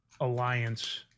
alliance